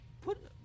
put